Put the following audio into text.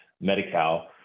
Medi-Cal